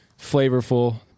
flavorful